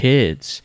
Kids